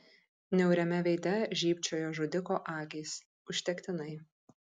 niauriame veide žybčiojo žudiko akys užtektinai